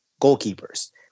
goalkeepers